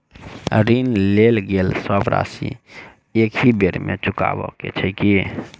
ऋण लेल गेल सब राशि एकहि बेर मे चुकाबऽ केँ छै की?